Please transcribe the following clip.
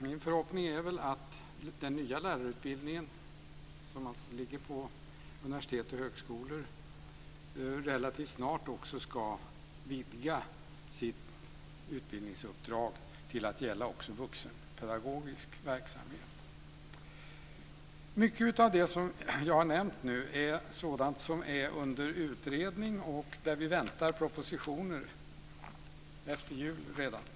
Min förhoppning är att den nya lärarutbildningen, som ligger på universitet och högskolor, relativt snart ska vidga sitt utbildningsuppdrag till att gälla också vuxenpedagogisk verksamhet. Mycket av det som jag har nämnt är sådant som är under utredning. Vi väntar propositioner efter jul redan.